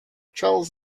charles